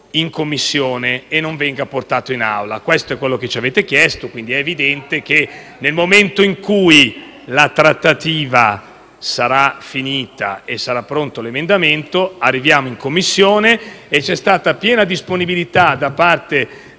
in Commissione e non in Assemblea. Questo è quanto ci avete chiesto. È evidente che, nel momento in cui la trattativa sarà finita e sarà pronto l'emendamento, arriviamo in Commissione. C'è stata piena disponibilità della